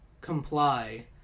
Comply